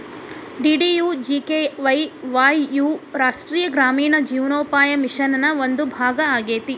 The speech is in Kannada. ಡಿ.ಡಿ.ಯು.ಜಿ.ಕೆ.ವೈ ವಾಯ್ ಯು ರಾಷ್ಟ್ರೇಯ ಗ್ರಾಮೇಣ ಜೇವನೋಪಾಯ ಮಿಷನ್ ನ ಒಂದು ಭಾಗ ಆಗೇತಿ